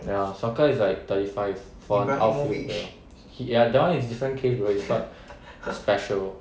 ya soccer is like thirty five or halfway there he that [one] is different case bro its called special